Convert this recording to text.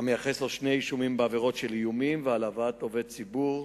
המייחס לו שני אישומים בעבירות של איום והעלבת עובד ציבור.